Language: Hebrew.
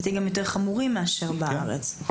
וגם יותר חמורים מאשר בארץ.